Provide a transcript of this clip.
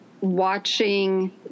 watching